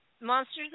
Monsters